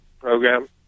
program